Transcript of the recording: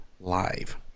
live